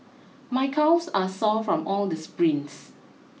my calves are sore from all these sprints